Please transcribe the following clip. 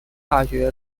大学